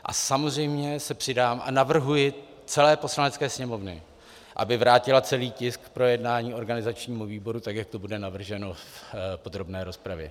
A samozřejmě se přidám a navrhuji celé Poslanecké sněmovně, aby vrátila celý tisk k projednání organizačnímu výboru, tak jak to bude navrženo v podrobné rozpravě.